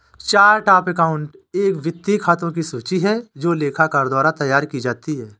chart of account एक वित्तीय खातों की सूची है जो लेखाकार द्वारा तैयार की जाती है